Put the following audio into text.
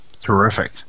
Terrific